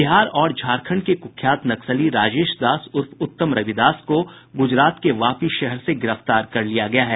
बिहार और झारखंड के कुख्यात नक्सली राजेश दास उर्फ उत्तम रविदास को गुजरात के वापी शहर से गिरफ्तार कर लिया गया है